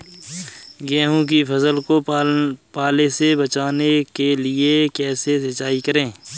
गेहूँ की फसल को पाले से बचाने के लिए कैसे सिंचाई करें?